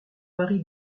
mari